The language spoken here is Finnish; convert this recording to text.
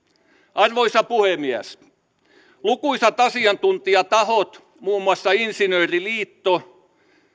arvoisa puhemies lukuisat asiantuntijatahot muun muassa insinööriliitto